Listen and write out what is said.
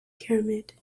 pyramid